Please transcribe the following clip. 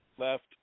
Left